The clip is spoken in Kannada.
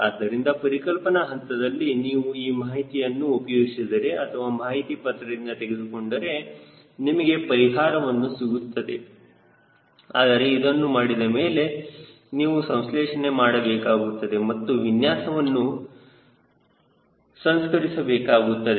ಆದ್ದರಿಂದ ಪರಿಕಲ್ಪನಾ ಹಂತದಲ್ಲಿ ನೀವು ಈ ಮಾಹಿತಿಯನ್ನು ಉಪಯೋಗಿಸಿದರೆ ಅಥವಾ ಮಾಹಿತಿ ಪತ್ರದಿಂದ ತೆಗೆದುಕೊಂಡರೆ ನಿಮಗೆ ಪರಿಹಾರವು ಸಿಗುತ್ತದೆ ಆದರೆ ಇದನ್ನು ಮಾಡಿದಮೇಲೆ ನೀವು ಸಂಸ್ಲೇಷಣೆ ಮಾಡಬೇಕಾಗುತ್ತದೆ ಮತ್ತು ವಿನ್ಯಾಸವನ್ನು ಸಂಸ್ಕರಿಸಬೇಕಾಗುತ್ತದೆ